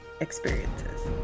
experiences